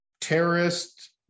Terrorist